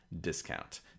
discount